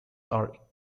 are